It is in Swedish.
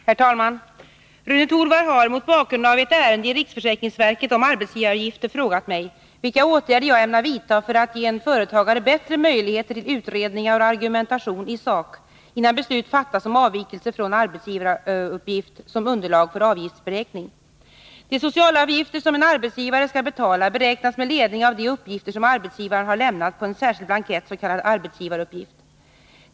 Herr talman! Rune Torwald har — mot bakgrund av ett ärende i riksförsäkringsverket om arbetsgivaravgifter — frågat mig vilka åtgärder jag ämnar vidta för att ge en företagare bättre möjligheter till utredningar och argumentation i sak, innan beslut fattas om avvikelse från arbetsgivaruppgift som underlag för avgiftsberäkning. De socialavgifter som en arbetsgivare skall betala beräknas med ledning av de uppgifter som arbetsgivaren har lämnat på en särskild blankett, s.k. arbetsgivaruppgift.